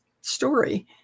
story